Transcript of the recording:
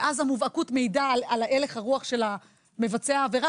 שאז המובהקות מעידה על הלך הרוח של מבצע העבירה,